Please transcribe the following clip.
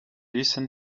listen